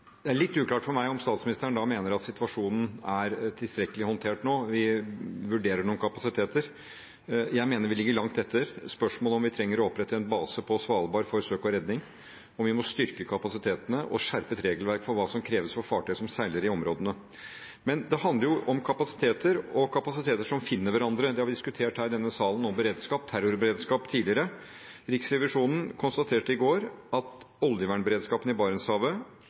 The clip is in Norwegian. Det er litt uklart for meg om statsministeren mener at situasjonen er tilstrekkelig håndtert nå, med å si at vi vurderer noen kapasiteter. Jeg mener vi ligger langt etter. Spørsmålet er om vi trenger å opprette en base på Svalbard for søk og redning, og om vi må styrke kapasitetene og skjerpe regelverket for hva som kreves for fartøy som seiler i områdene. Dette handler om kapasiteter og om kapasiteter som finner hverandre. Det har vi diskutert i denne salen i forbindelse med beredskap, terrorberedskap, tidligere. Riksrevisjonen konstaterte i går at oljevernberedskapen i Barentshavet,